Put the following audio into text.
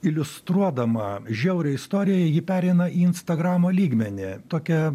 iliustruodama žiaurią istoriją ji pereina į instagramo lygmenį tokia